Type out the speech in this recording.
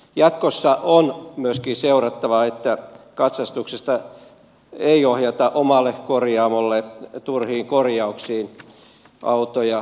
jatkossa on myöskin seurattava että katsastuksesta ei ohjata omalle korjaamolle turhiin korjauksiin autoja